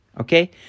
Okay